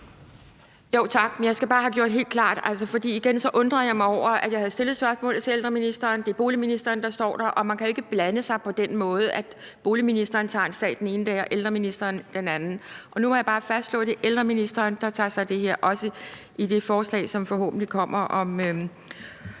Tak. Jeg skal bare have gjort det helt klart. For igen vil jeg sige, at jeg undrede mig over, at jeg havde stillet spørgsmålet til ældreministeren, og så er det boligministeren, der står der, og man kan jo ikke blande det på den måde, at boligministeren tager en sag den ene dag, og ældreministeren tager det den anden dag. Og nu må jeg bare fastslå, at det er ældreministeren, der tager sig af det her, også i det forslag, som forhåbentlig kommer, om